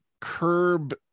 curb